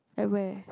at where